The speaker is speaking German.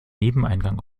nebeneingang